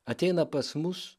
ateina pas mus